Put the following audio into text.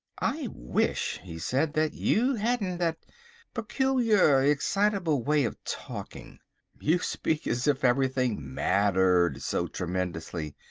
i wish he said, that you hadn't that peculiar, excitable way of talking you speak as if everything mattered so tremendously.